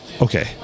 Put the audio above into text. Okay